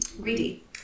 greedy